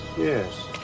Yes